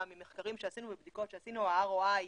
ממחקרים שעשינו ומבדיקות שעשינו ה-ROI,